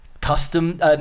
custom